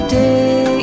day